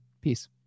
peace